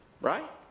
Right